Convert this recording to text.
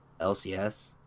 LCS